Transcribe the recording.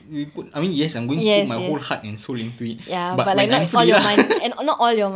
we put I mean yes I'm going to put my whole heart and soul into it but when I'm free lah